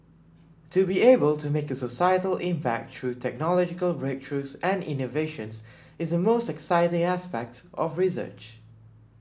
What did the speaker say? to be able to make a societal impact through technological breakthroughs and innovations is the most exciting aspect of research